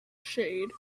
shade